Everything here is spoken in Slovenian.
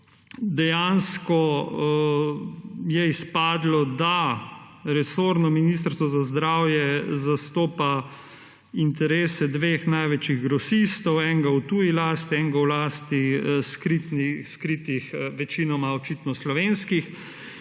dejansko je izpadlo, da resorno ministrstvo za zdravje zastopa interese dveh največjih grosistov, enega v tuji lasti, enega v lasti skritih, večinoma očitno slovenskih